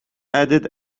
added